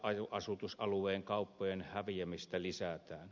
haja asutusalueiden kauppojen häviämistä lisätään